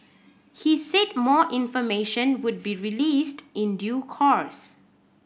he said more information would be released in due course